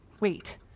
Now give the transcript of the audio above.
Wait